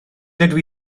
dydw